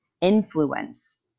influence